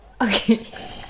Okay